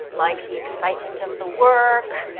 like the excitement of the work,